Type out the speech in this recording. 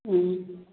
ꯎꯝ